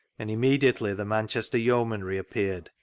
and immediately the manchester yeomanry appeatied,